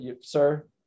sir